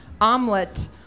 omelet